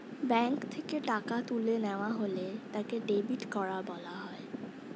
bank থেকে টাকা তুলে নেওয়া হলে তাকে ডেবিট করা বলা হয়